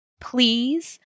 Please